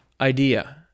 idea